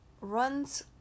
runs